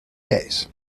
days